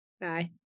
Bye